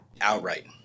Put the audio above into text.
Outright